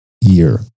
year